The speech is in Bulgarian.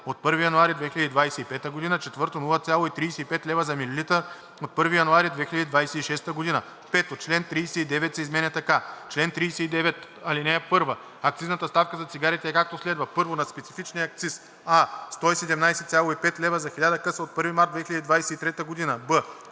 от 1 януари 2025 г.; 4. 0,35 лв. за милилитър от 1 януари 2026 г.“ 5. Член 39 се изменя така: „Чл. 39. (1) Акцизната ставка за цигарите е, както следва: 1. на специфичния акциз: а) 117,5 лв. за 1000 къса от 1 март 2023 г.;